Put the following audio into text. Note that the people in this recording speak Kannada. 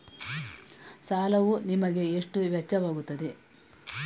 ಸಾಲವು ನಿಮಗೆ ಎಷ್ಟು ವೆಚ್ಚವಾಗುತ್ತದೆ?